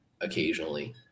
occasionally